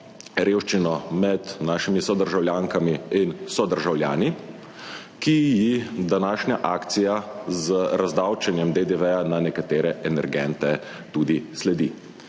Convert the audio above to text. revščino med našimi sodržavljankami in sodržavljani, ki ji današnja akcija z razdavčenjem DDV na nekatere energente tudi sledi.